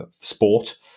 sport